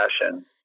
fashion